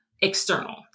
external